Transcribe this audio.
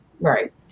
Right